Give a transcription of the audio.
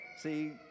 See